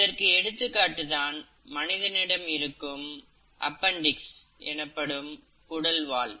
இதற்கு எடுத்துக்காட்டு தான் மனிதனிடம் இருக்கும் அப்பன்டிக்ஸ் எனப்படும் குடல் வால்